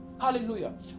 Hallelujah